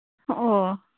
ᱳ